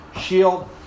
shield